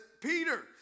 Peter